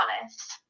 honest